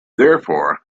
therefore